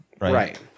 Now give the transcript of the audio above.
Right